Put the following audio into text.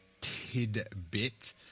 tidbit